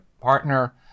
partner